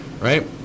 right